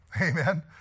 Amen